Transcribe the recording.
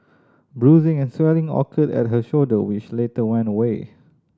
bruising and swelling occurred at her shoulder which later went away